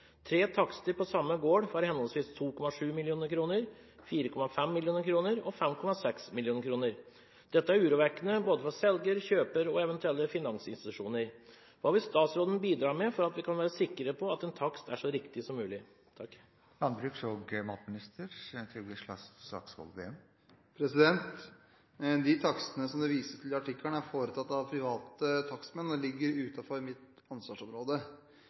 Tre takster på samme gård var henholdsvis 2,7 mill. kr, 4,5 mill. kr og 5,6 mill. kr. Dette er urovekkende både for selger, kjøper og eventuelle finansinstitusjoner. Hva vil statsråden bidra med for at vi kan være sikre på at en takst er så riktig som mulig?» De takstene som det vises til i artikkelen, er foretatt av private takstmenn og ligger utenfor mitt ansvarsområde.